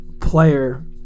player –